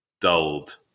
dulled